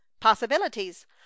possibilities